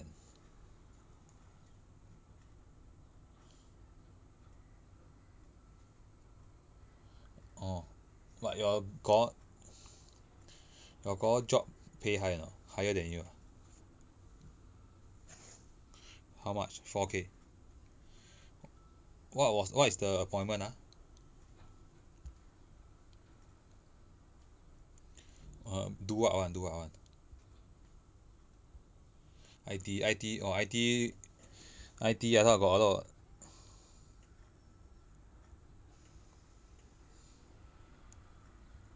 orh but your kor your kor job pay high or not higher than you ah how much four K what was what is the appointment ah uh do what [one] do what [one] I_T I_T oh I_T I_T I thought got a lot